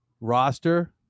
roster